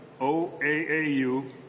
OAAU